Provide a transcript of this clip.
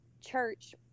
church